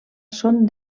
són